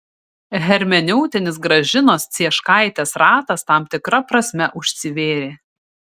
hermeneutinis gražinos cieškaitės ratas tam tikra prasme užsivėrė